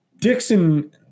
Dixon